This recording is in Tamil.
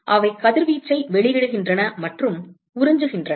எனவே அவை கதிர்வீச்சை வெளியிடுகின்றன மற்றும் உறிஞ்சுகின்றன